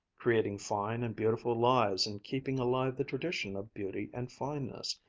creating fine and beautiful lives and keeping alive the tradition of beauty and fineness.